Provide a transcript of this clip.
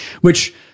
which-